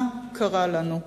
מה קרה לנו.